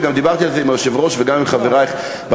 וגם דיברתי על זה עם היושב-ראש וגם עם חברי בקואליציה,